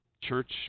church